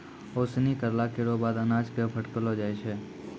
ओसौनी करला केरो बाद अनाज क फटकलो जाय छै